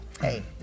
hey